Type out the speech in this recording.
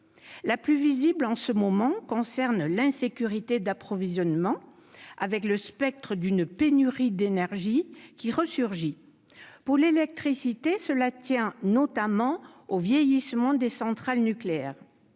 la plus visible en ce moment, concerne l'insécurité d'approvisionnement avec le spectre d'une pénurie d'énergie qui ressurgit pour l'électricité, cela tient notamment au vieillissement des centrales nucléaires